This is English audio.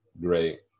Great